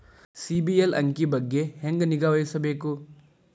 ಸಿಬಿಲ್ ಅಂಕಿ ಬಗ್ಗೆ ಹೆಂಗ್ ನಿಗಾವಹಿಸಬೇಕು?